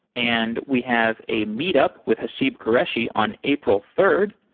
and we have a meet up with haseeb qureshi on april third.